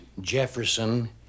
Jefferson